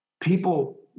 people